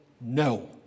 no